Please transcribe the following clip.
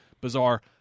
bizarre